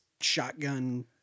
shotgun